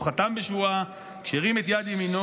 הוא חתם בשבועה כשהרים את יד ימינו